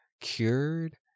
cured